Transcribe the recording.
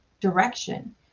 direction